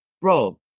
Bro